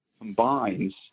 combines